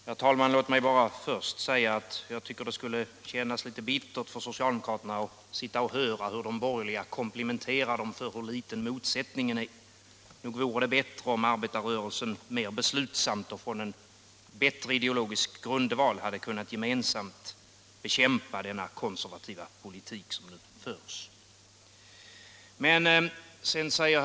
Herr talman! Låt mig bara först säga att jag tycker att det skulle kännas = Förlängd tid för litet bittert för socialdemokraterna att sitta och höra hur de borgerliga särskilt investekomplimenterar dem för att motsättningen dem emellan är så liten. Nog — ringsavdrag och hade det varit bättre om arbetarrörelsen mer beslutsamt och på en bättre = statligt investeringsideologisk grundval enigt kunnat bekämpa den konservativa politik som bidrag nu förs.